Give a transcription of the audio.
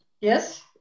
Yes